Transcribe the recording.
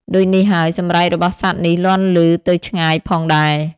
ដូចនេះហើយ សម្រែករបស់សត្វនេះលាន់ឮទៅឆ្ងាយផងដែរ។